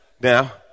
Now